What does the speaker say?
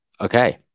okay